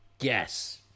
Yes